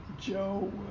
Joe